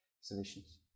solutions